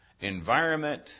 Environment